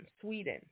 Sweden